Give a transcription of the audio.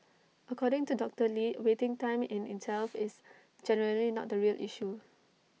according to doctor lee waiting time in itself is generally not the real issue